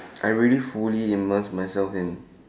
I really fully immerse myself in